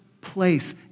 place